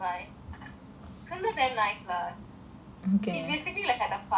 sundra damn nice lah he is basically like the father of T_L_S